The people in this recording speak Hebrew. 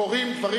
קורים דברים.